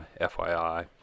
fyi